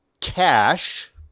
cash